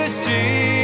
see